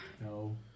No